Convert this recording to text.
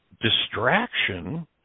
distraction